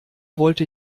wollte